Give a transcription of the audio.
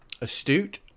astute